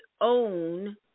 own